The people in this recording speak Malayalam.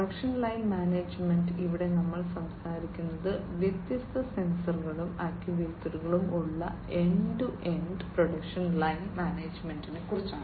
പ്രൊഡക്ഷൻ ലൈൻ മാനേജ്മെന്റ് ഇവിടെ നമ്മൾ സംസാരിക്കുന്നത് വ്യത്യസ്ത സെൻസറുകളും ആക്യുവേറ്ററുകളും ഉള്ള end to end production line മാനേജ്മെന്റിനെക്കുറിച്ചാണ്